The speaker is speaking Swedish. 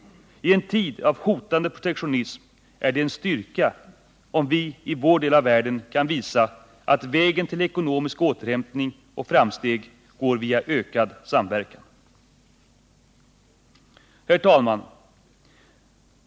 I en tid av hotande protektionism är det en styrka om vi i vår del av världen kan visa att vägen till ekonomisk återhämtning och framsteg går via ökad samverkan. Herr talman!